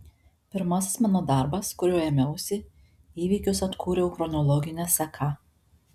pirmasis mano darbas kurio ėmiausi įvykius atkūriau chronologine seka